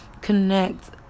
connect